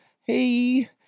hey